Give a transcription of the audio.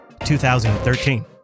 2013